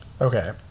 Okay